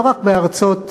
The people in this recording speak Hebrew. לא רק בארצות המגרב,